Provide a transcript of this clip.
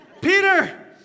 Peter